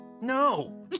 No